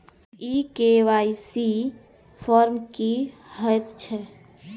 ई KYC form की हएत छै?